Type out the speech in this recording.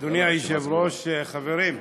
אדוני היושב-ראש, חברים,